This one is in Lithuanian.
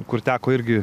kur teko irgi